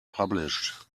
published